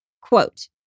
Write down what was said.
Quote